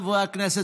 חברי הכנסת,